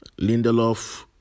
Lindelof